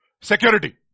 Security